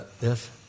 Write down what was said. Yes